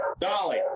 Dolly